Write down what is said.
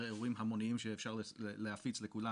אירועים המוניים שאפשר להפיץ לכולם,